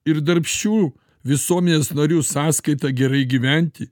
ir darbščių visuomenės narių sąskaita gerai gyventi